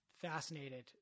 fascinated